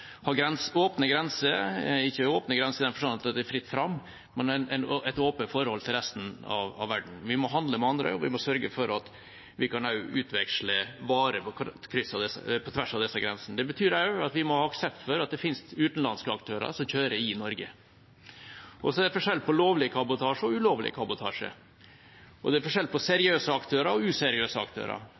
ha åpne grenser – ikke åpne grenser i den forstand at det er fritt fram, men et åpent forhold til resten av verden. Vi må handle med andre, og vi må sørge for at vi også kan utveksle varer på tvers av disse grensene. Det betyr også at vi må ha aksept for at det finnes utenlandske aktører som kjører i Norge. Det er forskjell på lovlig kabotasje og ulovlig kabotasje, og det er forskjell på seriøse aktører og useriøse aktører.